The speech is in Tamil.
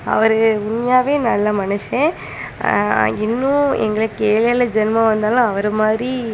அவர் உண்மையாகவே நல்ல மனுஷன் இன்னும் எங்களுக்கு ஏழேலு ஜென்மம் வந்தாலும் அவர மாதிரி